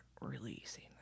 releasing